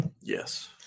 yes